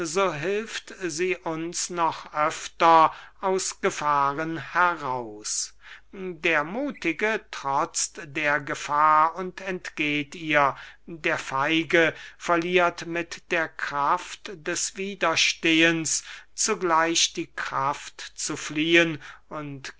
hilft sie uns noch öfter aus gefahren heraus der muthige trotzt der gefahr und entgeht ihr der feige verliert mit der kraft des widerstehens zugleich die kraft zu fliehen und